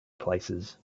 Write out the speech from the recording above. places